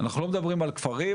אנחנו לא מדברים על כפרים,